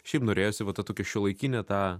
šiaip norėjosi va ta tokia šiuolaikinį tą